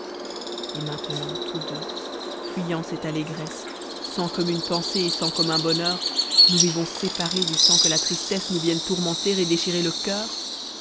et maintenant tous deux fuyant cette allégresse sans commune pensée et sans commun bonheur nous vivons séparés et sans que la tristesse nous vienne tourmenter et déchirer le coeur